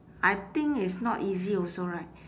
I think it's not easy also right